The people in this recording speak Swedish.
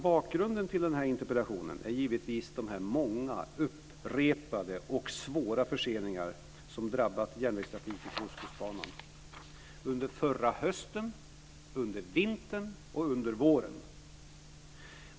Bakgrunden till interpellationen är givetvis de många, upprepade och svåra förseningarna som drabbat järnvägstrafiken på Ostkustbanan under förra hösten, under vintern och under våren.